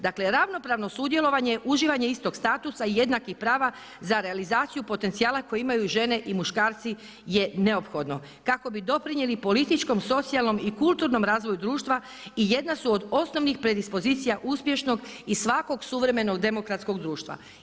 Dakle, ravnopravno sudjelovanje, uživanje istog statusa i jednakih prava za realizaciju potencijala koji imaju žene i muškarci je neophodno kako bi doprinijeli političkom, socijalnom i kulturnom razvoju društva i jedna su od osnovnih predispozicija uspješnog i svakog suvremenog demokratskog društva.